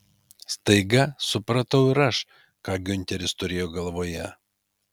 staiga supratau ir aš ką giunteris turėjo galvoje